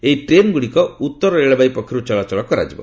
ଏହି ଟ୍ରେନଗୁଡିକ ଉତ୍ତର ରେଳବାଇ ପକ୍ଷରୁ ଚଳାଚଳ କରାଯିବ